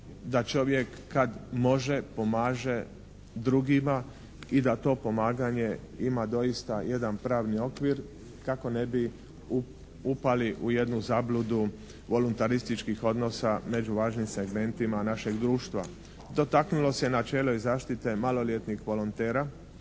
da čovjek kad može, pomaže drugima i da to pomaganje ima doista jedan pravni okvir kako ne bi upali u jednu zabludu voluntarističkih odnosa među važnim segmentima našeg društva. Dotaknulo se načelo i zaštite maloljetnih volontera.